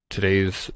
Today's